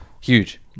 Huge